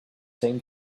same